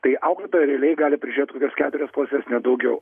tai auklėtoja realiai gali prižiūrėti kokias keturias klases ne daugiau